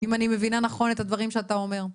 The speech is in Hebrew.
אם אני מבינה נכון את הדברים שאתה אומר.